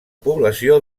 població